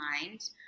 mind